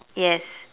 yes